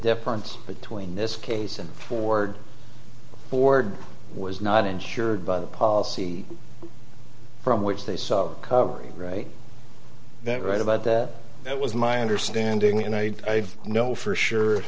difference between this case and ford ford was not insured by the policy from which they saw coverage right that right about that that was my understanding and i know for sure